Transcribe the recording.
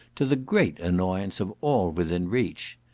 to the great annoyance of all within reach.